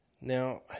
Now